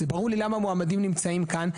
זה ברור לי למה מועמדים נמצאים כאן.